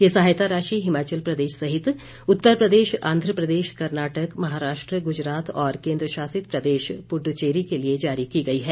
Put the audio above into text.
ये सहायता राशि हिमाचल प्रदेश सहित उत्तर प्रदेश आंध्र प्रदेश कर्नाटक महाराष्ट्र गुजरात और केंद्रशासित प्रदेश पुद्दचेरी के लिए जारी की गई है